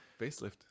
Facelift